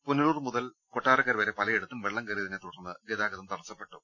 പുനലൂർ മുതൽ കൊട്ടാരക്കര വരെ പലയിടത്തും വെള്ളം കയറിയതിനെ തുടർന്ന് ഗതാഗതം തടസ്സപ്പെട്ടു